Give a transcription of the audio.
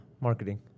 Marketing